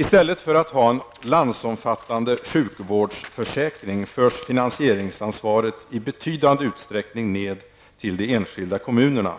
I stället för att ha en landsomfattande sjukvårdsförsäkring förs finansieringsansvaret i betydande utsträckning ned till de enskilda kommunerna,